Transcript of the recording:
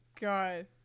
God